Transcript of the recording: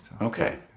Okay